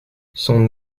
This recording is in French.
son